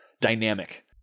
dynamic